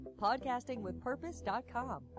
podcastingwithpurpose.com